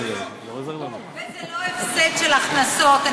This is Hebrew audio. זה לא הפסד של הכנסות.